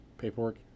paperwork